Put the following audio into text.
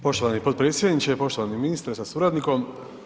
Poštovani potpredsjedniče, poštovani ministre sa suradnikom.